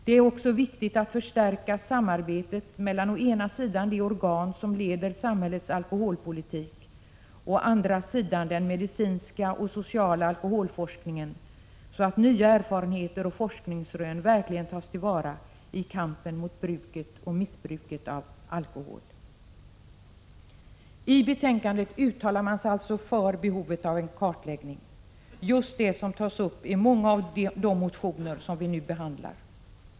Det är också viktigt att förstärka samarbetet mellan å ena sidan de organ som leder samhällets alkoholpolitik och å andra sidan den medicinska och sociala alkoholforskningen så att nya erfarenheter och forskningsrön verkligen tas till vara i kampen mot bruket och missbruket av alkohol.” Man uttalar sig alltså för behovet av en kartläggning, just det som tas upp i många av de motioner som vi nu behandlar.